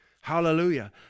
Hallelujah